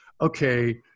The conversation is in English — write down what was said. okay